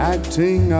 Acting